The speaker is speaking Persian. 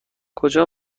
کجا